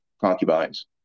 concubines